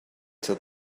till